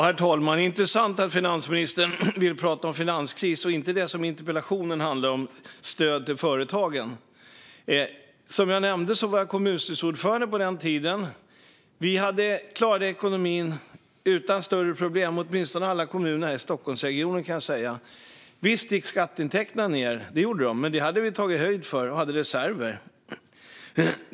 Herr talman! Det är intressant att finansministern vill prata om finanskrisen och inte om det som interpellationen handlar om, nämligen stöd till företagen. Som jag nämnde var jag kommunstyrelseordförande på den tiden. Kommunerna klarade ekonomin utan större problem, åtminstone alla kommuner här i Stockholmsregionen. Visst gick skatteintäkterna ned, men vi hade tagit höjd för det och hade reserver.